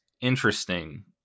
interesting